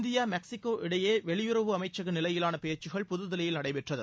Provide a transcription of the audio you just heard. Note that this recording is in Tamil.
இந்தியா மெக்சிக்கோ இடையே வெளியுறவு அமைச்சக நிலையிலான பேச்சுக்கள் புதுதில்லியில் நடைபெற்றது